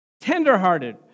Tenderhearted